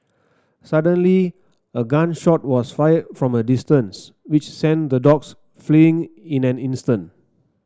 suddenly a gun shot was fired from a distance which sent the dogs fleeing in an instant